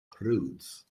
prudes